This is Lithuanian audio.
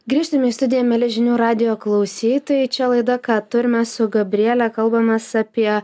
grįžtame į studiją mieli žinių radijo klausytojai čia laida ką tu ir mes su gabriele kalbamės apie